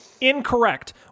Incorrect